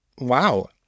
wow